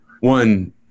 one